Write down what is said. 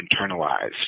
internalized